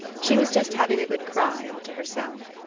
she was just having a good cry all to herself.